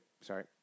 sorry